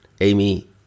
Amy